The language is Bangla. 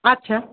আচ্ছা